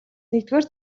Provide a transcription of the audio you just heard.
нэгдүгээр